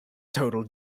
total